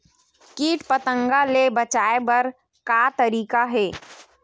कीट पंतगा ले बचाय बर का तरीका हे?